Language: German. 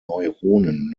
neuronen